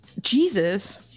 jesus